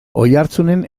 oiartzunen